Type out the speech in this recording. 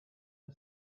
the